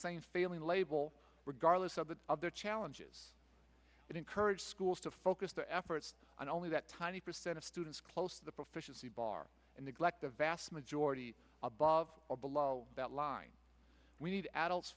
same failing label regardless of the other challenges and encourage schools to focus the efforts on only that tiny percentage students close to the proficiency bar and neglect the vast majority above or below that line we need adults